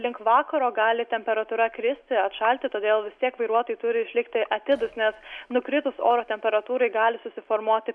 link vakaro gali temperatūra kristi atšalti todėl vis tiek vairuotojai turi išlikti atidūs nes nukritus oro temperatūrai gali susiformuoti